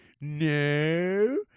no